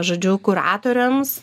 žodžiu kuratoriams